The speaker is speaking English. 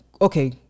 Okay